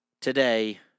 Today